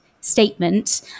statement